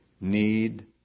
need